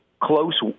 close